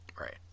Right